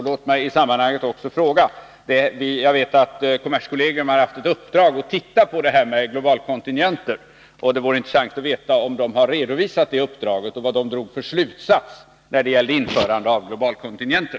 Låt mig i detta sammanhang också ställa en fråga. Jag vet att kommerskollegium har haft i uppdrag att studera frågan om globalkontingenter. Det vore intressant att få veta om kommerskollegium har redovisat det uppdraget och vilken slutsats som i så fall drogs när det gällde införandet av globalkontingenter.